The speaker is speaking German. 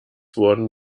wurden